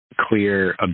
clear